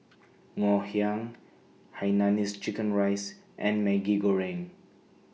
Ngoh Hiang Hainanese Chicken Rice and Maggi Goreng